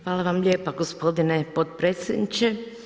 Hvala vam lijepa gospodine potpredsjedniče.